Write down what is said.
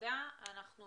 רוצה